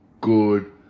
good